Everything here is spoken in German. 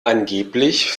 angeblich